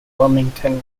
wilmington